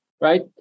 right